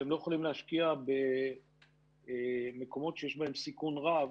והם לא יכולים להשקיע במקומות שיש בהם סיכון רב.